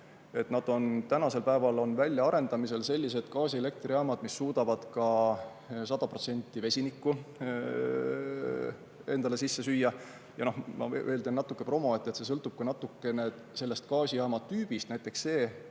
Tänapäeval on väljaarendamisel sellised gaasielektrijaamad, mis suudavad ka 100% vesinikku endale sisse süüa. Ja ma veel teen natuke promo. Kõik sõltub natuke ka gaasijaama tüübist. Näiteks see